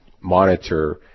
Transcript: monitor